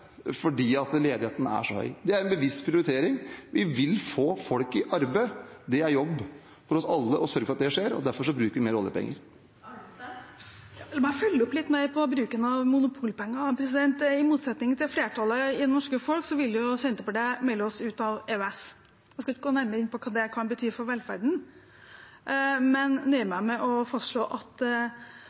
oss alle å sørge for at det skjer, og derfor bruker vi mer oljepenger. La meg følge opp litt mer på bruken av Monopol-penger. I motsetning til flertallet av det norske folk vil Senterpartiet melde oss ut av EØS. Jeg skal ikke gå nærmere inn på hva det kan bety for velferden, men nøyer meg med å fastslå at